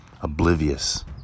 oblivious